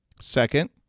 Second